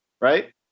right